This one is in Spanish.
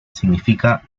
significa